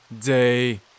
Day